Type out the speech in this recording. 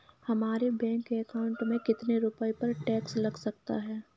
हमारे bank account में कितने रुपये पर टैक्स लग सकता है?